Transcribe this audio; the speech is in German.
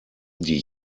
die